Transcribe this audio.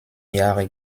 jahre